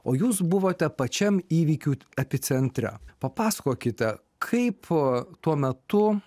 o jūs buvote pačiam įvykių epicentre papasakokite kaip tuo metu